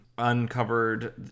uncovered